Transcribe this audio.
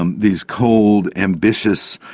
um these cold, ambitious,